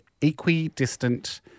equidistant